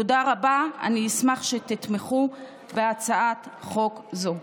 תודה רבה, אני אשמח שתתמכו בהצעת חוק זו.